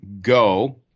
go